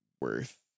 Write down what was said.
Worth